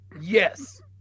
Yes